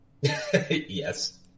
Yes